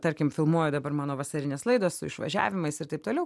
tarkim filmuoju dabar mano vasarinės laidos su išvažiavimais ir taip toliau